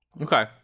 Okay